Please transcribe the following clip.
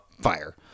fire